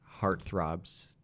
heartthrobs